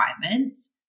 requirements